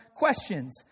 Questions